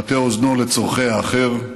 מטה אוזנו לצורכי האחר,